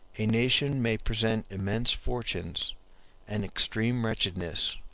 a nation may present immense fortunes and extreme wretchedness,